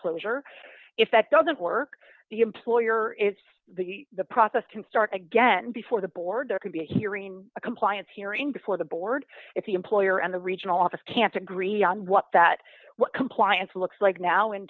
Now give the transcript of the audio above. closure if that doesn't work the employer it's the the process can start again before the board there can be hearing a compliance hearing before the board if the employer and the regional office can't agree on what that compliance looks like now in